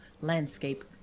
Landscape